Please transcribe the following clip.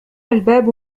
الباب